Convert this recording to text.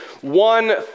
one